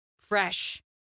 Fresh